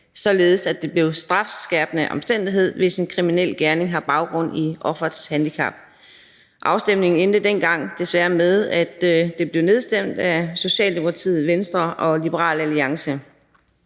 således at det blev en strafskærpende omstændighed, hvis en kriminel handling har baggrund i offerets handicap. Afstemningen endte desværre med, at det blev nedstemt af Socialdemokratiet, Venstre og Liberal Alliance.